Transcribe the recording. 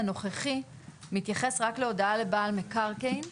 הנוכחי מתייחס רק להודעה לבעל מקרקעין.